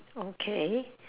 okay